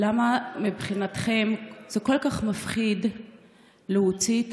למה מבחינתכם זה כל כך מפחיד להוציא את